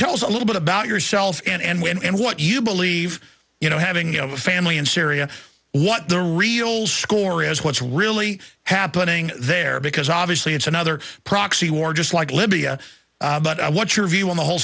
tell us a little bit about yourself and when and what you believe you know having a family in syria what the real score is what's really happening there because obviously it's another proxy war just like libya but what's your view on the whole